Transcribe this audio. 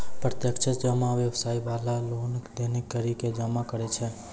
प्रत्यक्ष जमा व्यवसाय बाला लेन देन करि के जमा करै छै